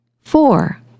Four